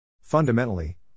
Fundamentally